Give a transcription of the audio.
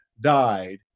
died